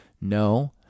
no